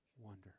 wonder